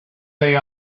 they